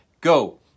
Go